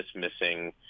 dismissing